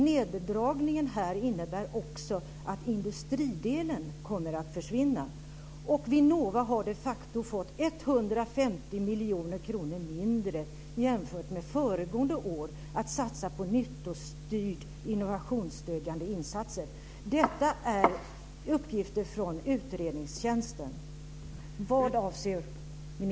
Neddragningen här innebär också att industridelen kommer att försvinna. Vinnova har de facto fått 150 miljoner kronor mindre jämfört med föregående år att satsa på nyttostyrda innovationsstödjande insatser. Detta är uppgifter från utredningstjänsten.